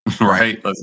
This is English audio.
Right